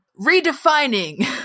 redefining